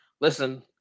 listen